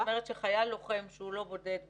זאת אומרת, חייל לוחם שהוא לא בודד בקצה,